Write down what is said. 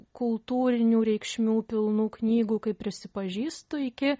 kultūrinių reikšmių pilnų knygų kaip prisipažįstu iki